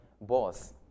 boss